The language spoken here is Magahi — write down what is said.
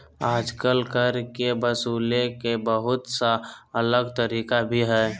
आजकल कर के वसूले के बहुत सा अलग तरीका भी हइ